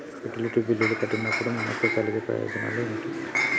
Utility బిల్లులు కట్టినప్పుడు మనకు కలిగే ప్రయోజనాలు ఏమిటి?